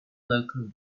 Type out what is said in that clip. local